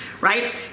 Right